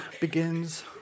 begins